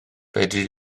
fedri